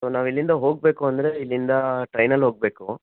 so ನಾವು ಇಲ್ಲಿಂದ ಹೋಗಬೇಕು ಅಂದರೆ ಇಲ್ಲಿಂದ ಟ್ರೈನಲ್ಲಿ ಹೋಗಬೇಕು